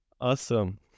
Awesome